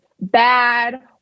bad